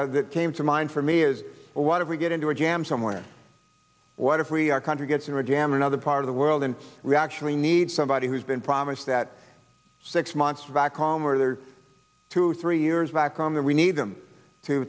d that came to mind for me is what if we get into a jam somewhere what if we our country gets into a jam or another part of the world and we actually need somebody who's been promised that six months back home where there are two three years back on that we need them to